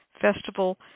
Festival